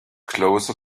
closer